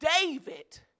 David